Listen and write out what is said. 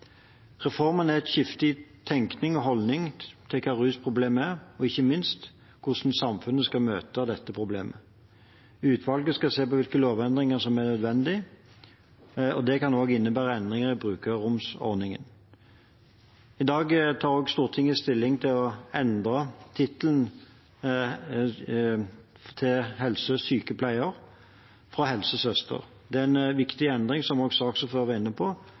Reformen er et skifte i tenkningen og holdningen til hva et rusproblem er, og ikke minst hvordan samfunnet skal møte dette problemet. Utvalget skal se på hvilke lovendringer som er nødvendig. Det kan også innebære endringer i brukerromsordningen. I dag tar også Stortinget stilling til å endre tittelen «helsesøster» til «helsesykepleier». Det er en viktig endring, som også saksordføreren var inne på,